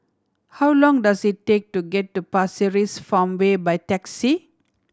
how long does it take to get to Pasir Ris Farmway by taxi